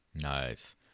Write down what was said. Nice